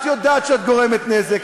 את יודעת שאת גורמת נזק,